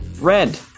Red